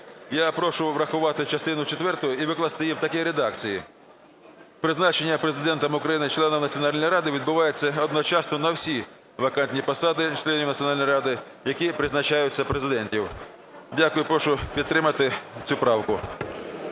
я прошу врахувати частину четверту і викласти її в такій редакції: "Призначення Президентом України членів Національної ради відбувається одночасно на всі вакантні посади членів Національної ради, які призначаються Президентом". Дякую. Прошу підтримати цю правку.